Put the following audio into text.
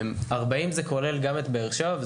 40 זה כולל גם את באר שבע,